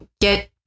get